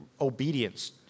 obedience